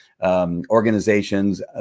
Organizations